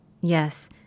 Yes